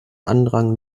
andrang